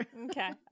Okay